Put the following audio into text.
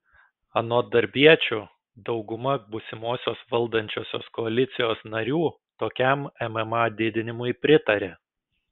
anot darbiečių dauguma būsimosios valdančiosios koalicijos narių tokiam mma didinimui pritarė